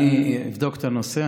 אבדוק את הנושא.